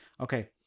Okay